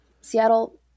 Seattle